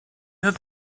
have